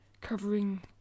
covering